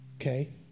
okay